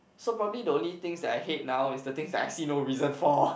so probably the only things that I hate now is the things that I see no reason for